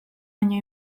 año